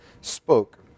spoke